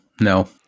no